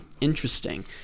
Interesting